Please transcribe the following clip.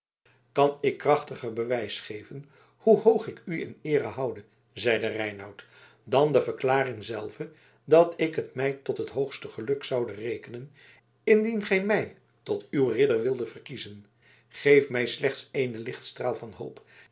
kan ik krachtiger bewijs geven hoe hoog ik u in eere houde zeide reinout dan de verklaring zelve dat ik het mij tot het hoogste geluk zoude rekenen indien gij mij tot uw ridder wildet verkiezen geef mij slechts eenen lichtstraal van hoop